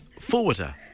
forwarder